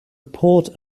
port